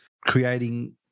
creating